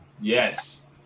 Yes